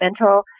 mental